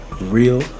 real